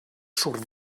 surt